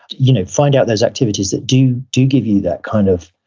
you know find out those activities that do do give you that kind of,